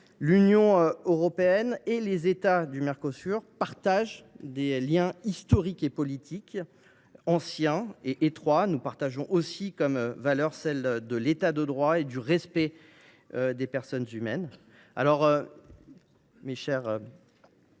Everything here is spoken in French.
l’Union européenne et les États du Mercosur partagent des liens historiques et politiques anciens et étroits. Nous partageons aussi des valeurs, celles de l’État de droit et du respect de la personne humaine.